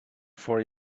for